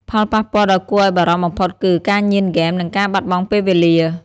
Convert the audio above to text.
ផលប៉ះពាល់ដ៏គួរឱ្យបារម្ភបំផុតគឺ ការញៀនហ្គេម និងការបាត់បង់ពេលវេលា។